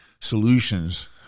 solutions